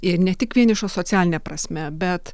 ir ne tik vienišos socialine prasme bet